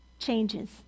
changes